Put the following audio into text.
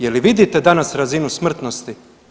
Je li vidite danas razinu smrtnosti?